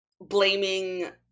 blaming